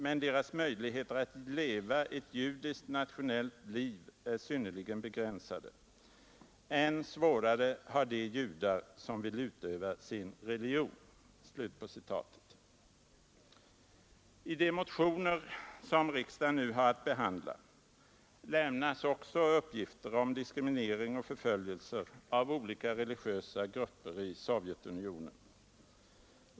Men deras möjligheter att leva ett juridiskt nationellt liv är synnerligen begränsade. Än svårare har de judar som vill utöva sin religion.” I de motioner som riksdagen nu har att behandla lämnas också uppgifter om diskriminering och förföljelse av olika religiösa grupper i Sovjetunionen.